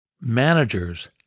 Managers